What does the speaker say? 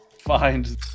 find